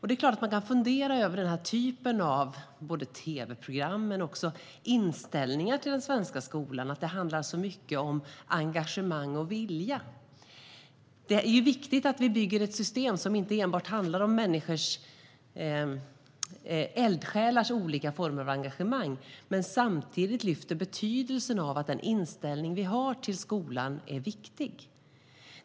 Det är klart att man kan fundera över den här typen av tv-program och inställningar till den svenska skolan, att det så mycket handlar om engagemang och vilja. Det är viktigt att vi bygger ett system som inte enbart handlar om eldsjälars olika former av engagemang utan också lyfter upp betydelsen av att den inställning som vi har till skolan är viktig.